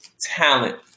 talent